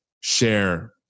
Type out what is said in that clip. share